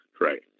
Right